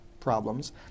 problems